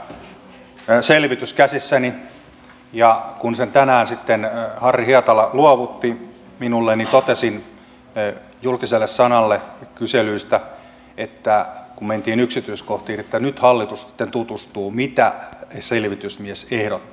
minulla on tässä tämä selvitys käsissäni ja kun sen tänään sitten harri hietala luovutti minulle niin totesin julkiselle sanalle kyselyihin kun mentiin yksityiskohtiin että nyt hallitus sitten tutustuu siihen mitä selvitysmies ehdottaa